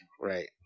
right